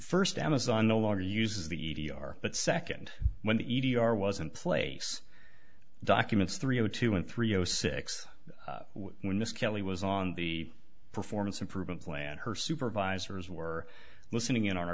first amazon no longer uses the e t e are but second when the e g are wasn't place documents three o two and three o six when miss kelly was on the performance improvement plan her supervisors were listening in o